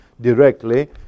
directly